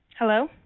Hello